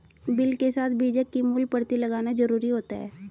bill के साथ बीजक की मूल प्रति लगाना जरुरी होता है